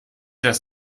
das